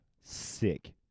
Sick